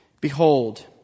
Behold